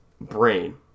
brain